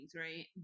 right